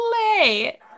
play